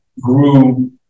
grew